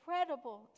incredible